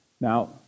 Now